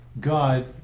God